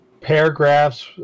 paragraphs